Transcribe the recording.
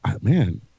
man